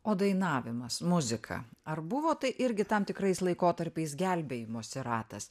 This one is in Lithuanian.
o dainavimas muzika ar buvo tai irgi tam tikrais laikotarpiais gelbėjimosi ratas